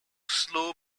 slow